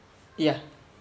yeah